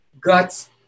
guts